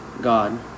God